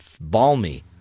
Balmy